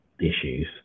issues